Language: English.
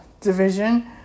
division